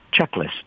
checklist